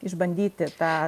išbandyti tą